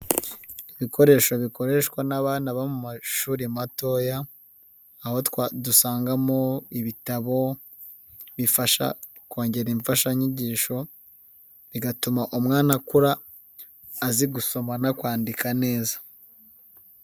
Ibikoresho bikoreshwa n'abana bo mu mashuri matoya, aho dusangamo ibitabo bifasha kongera imfashanyigisho bigatuma umwana akura azi gusoma, no kwandika neza.